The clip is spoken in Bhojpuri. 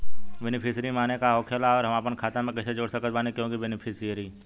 बेनीफिसियरी माने का होखेला और हम आपन खाता मे कैसे जोड़ सकत बानी केहु के बेनीफिसियरी?